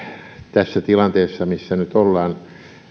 tässä tilanteessa missä nyt ollaan